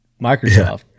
Microsoft